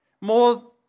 More